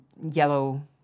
yellow